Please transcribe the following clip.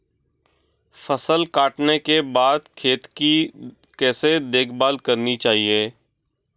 फसल काटने के बाद खेत की कैसे देखभाल करनी चाहिए?